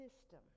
system